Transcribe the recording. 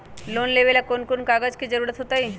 Loan लेवेला कौन कौन कागज के जरूरत होतई?